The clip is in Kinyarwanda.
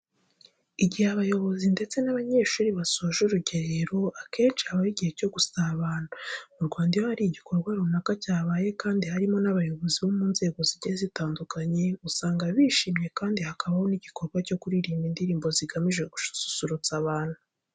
Igihe abayobozi ndetse n'abanyeshuri basoje urugerero akenshi habaho igihe cyo gusabana. Mu Rwanda iyo hari igikorwa runaka cyabaye kandi harimo n'abayobozi bo mu nzego zigiye zitandukanye, usanga bishimye kandi hakabaho n'igikorwa cyo kuririmba indirimbo zigamije gususurutsa abantu.